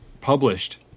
published